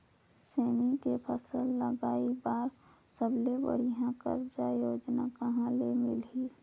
सेमी के फसल उगाई बार सबले बढ़िया कर्जा योजना कहा ले मिलही?